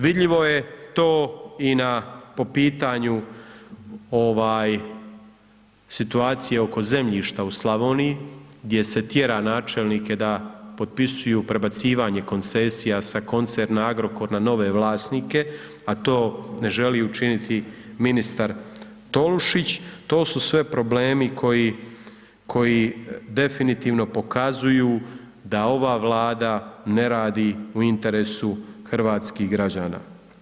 Vidljivo je to i na, po pitanju ovaj situacije oko zemljišta u Slavoniji, gdje se tjera načelnike da potpisuju prebacivanje koncesija sa koncerna Agrokor na nove vlasnike, a to ne želi učiniti ministar Tolušić, to su sve problemi koji, koji definitivno pokazuju da ova Vlada ne radi u interesu hrvatskih građana.